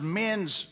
men's